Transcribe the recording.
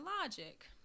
logic